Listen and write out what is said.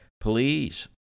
please